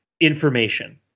information